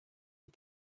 who